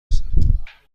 رسم